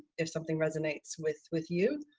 if something resonates with with you.